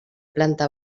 planta